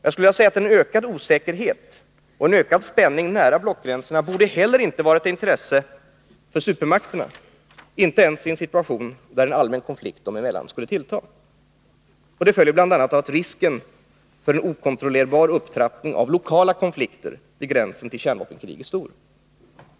Jag skulle vilja säga att en ökad osäkerhet och en ökad spänning nära blockgränserna inte heller borde vara något intresse för supermakterna, inte ens i en situation där en allmän konflikt dem emellan skulle tillta. Det följer bl.a. av att risken för en okontrollerbar upptrappning av lokala konflikter vid gränsen till ett kärnvapenkrig är stor.